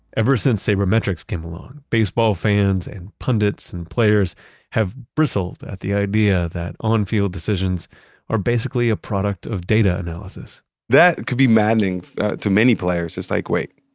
ever since sabermetrics came along, baseball fans and pundits and players have bristled at the idea that on-field decisions are basically a product of data analysis that could be maddening to many players. it's like, wait,